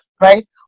right